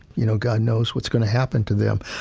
you know, god knows what's going to happen to them.